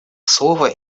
слово